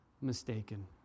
mistaken